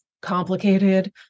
complicated